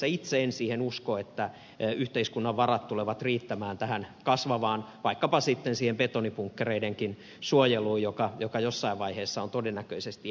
itse en siihen usko että yhteiskunnan varat tulevat riittämään vaikkapa siihen kasvavaan betonibunkkereidenkin suojeluun joka jossain vaiheessa on todennäköisesti edessä